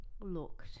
looked